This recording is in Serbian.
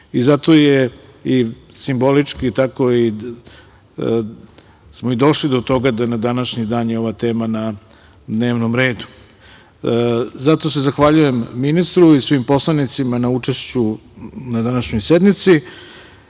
Zato je i simbolički, došli smo do toga da na današnji dan je ova tema na dnevnom redu. Zato se zahvaljujem ministru i svim poslanicima na učešću na današnjoj sednici. Na